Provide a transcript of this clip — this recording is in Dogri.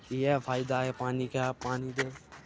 इ'यै फायदा ऐ पानी का पानी दे